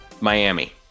Miami